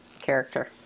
character